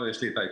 יש לי האקסל.